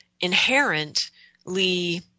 inherently